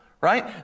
right